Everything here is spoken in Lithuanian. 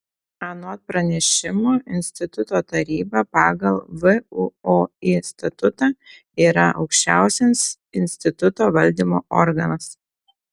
anot pranešimo instituto taryba pagal vuoi statutą yra aukščiausias instituto valdymo organas